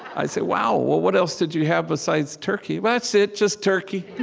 i said, wow. well, what else did you have besides turkey? well, that's it, just turkey.